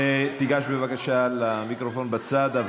תיגש בבקשה למיקרופון בצד.